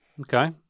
Okay